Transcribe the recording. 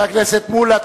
חבר הכנסת מולה,